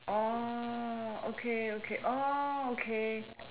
oh okay okay oh okay